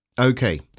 okay